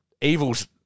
Evil's